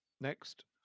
Next